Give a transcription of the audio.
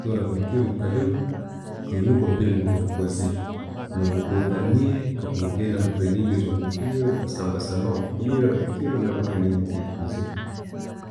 Bwokutura bulikiro okalima, okainuka, omubiiri ne'guba gukozere, no'bwokuba otalimire kakuba ogenda omutraining ezo'mupiira okasamba sambaho omupiira bulikiro, nabwo training oba ogikoziire.